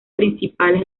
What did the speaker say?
principales